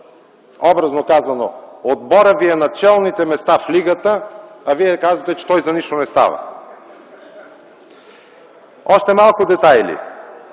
образно казано, отборът ви е на челните места в лигата, а вие казвате, че той за нищо не става. Още малко детайли.